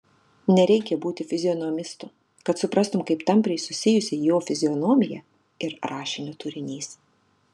nereikia būti fizionomistu kad suprastum kaip tampriai susijusi jo fizionomija ir rašinio turinys